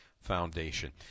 foundation